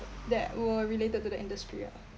that were related to the industry ah